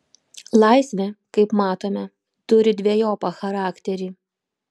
laisvė kaip matome turi dvejopą charakterį